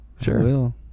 sure